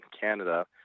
Canada